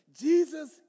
Jesus